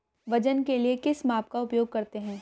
वजन के लिए किस माप का उपयोग करते हैं?